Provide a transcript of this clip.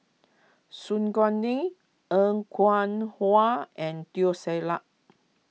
Su Guaning Er Kwong Wah and Teo Ser Luck